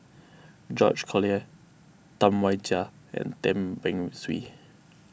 George Collyer Tam Wai Jia and Tan Beng Swee